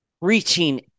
reaching